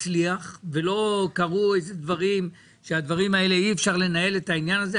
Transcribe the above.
הצליח ולא קרו דברים שבגללם אי אפשר לנהל את העניין הזה,